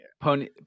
pony